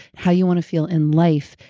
how you want to feel in life,